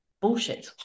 bullshit